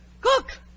Cook